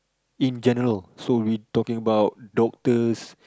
in general so we talking about doctors